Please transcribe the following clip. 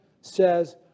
says